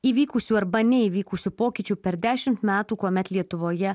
įvykusių arba neįvykusių pokyčių per dešimt metų kuomet lietuvoje